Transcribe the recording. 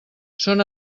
són